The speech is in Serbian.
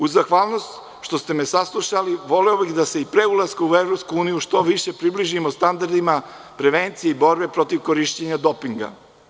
Uz zahvalnost što ste me saslušali, voleo bih da se i pre ulaska u EU što više približimo standardima prevencije i borbe protiv korišćenja dopinga.